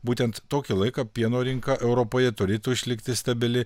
būtent tokį laiką pieno rinka europoje turėtų išlikti stabili